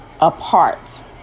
apart